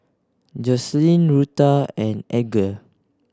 Joslyn Rutha and Edgar